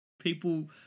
people